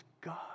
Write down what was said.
God